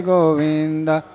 Govinda